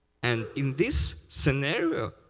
and in this scenario,